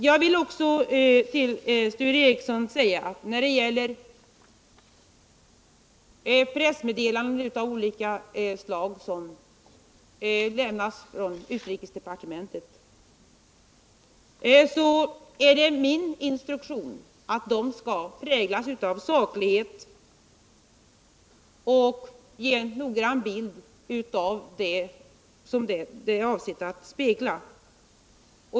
Jag vill också till Sture Ericson säga att när det gäller pressmeddelanden av olika slag som lämnas från utrikesdepartementet så är det min instruktion att de skall präglas av saklighet och ge en noggrann bild av det som de är avsedda att spegla.